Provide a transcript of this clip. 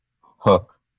hook